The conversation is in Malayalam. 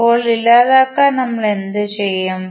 ഇപ്പോൾ ഇല്ലാതാക്കാൻ നമ്മൾ എന്ത് ചെയ്യും